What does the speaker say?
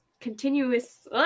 continuous